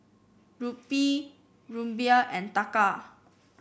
Rupee Ruble and Taka